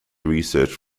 research